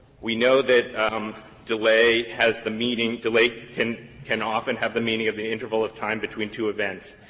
we know that delay has the meaning delay can can often have the meaning of the interval of time between two events.